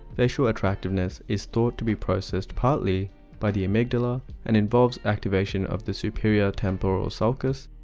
facial attractiveness is thought to be processed partly by the amygdala and involves activation of the superior temporal sulcus,